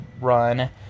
run